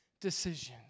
decisions